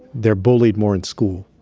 they're bullied more in school.